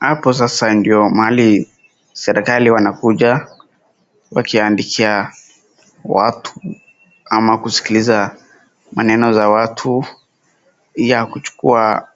Hapo sasa ndio mahali serekali wanakuja wakiandikia watu ama kusikiliza maneno za watu ya kuchukua